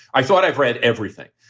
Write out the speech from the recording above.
i thought i've read everything.